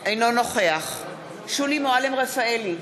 אינו נוכח שולי מועלם-רפאלי,